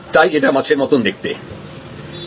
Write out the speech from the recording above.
তাই এটা মাছের মতন দেখতে